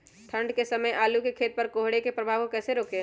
ठंढ के समय आलू के खेत पर कोहरे के प्रभाव को कैसे रोके?